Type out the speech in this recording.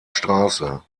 straße